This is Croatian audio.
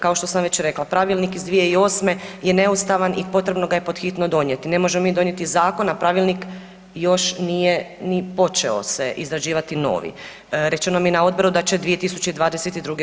Kao što sam već rekla, pravilnik iz 2008. je neustavan i potrebno ga je pod hitno donijeti, ne možemo mi donijeti zakon a pravilnik još nije ni počeo se izrađivati novi, rečeno mi je na odboru da će 2022.